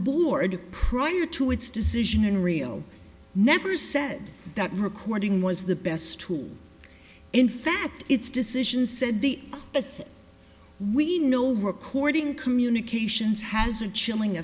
board prior to its decision in real never said that recording was the best tool in fact its decisions said the as we know recording communications has a chilling